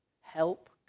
Help